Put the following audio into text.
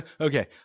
Okay